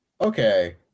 Okay